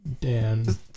Dan